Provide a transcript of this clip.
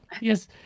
Yes